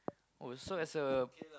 oh so as a